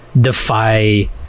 defy